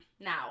Now